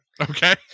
Okay